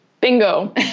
Bingo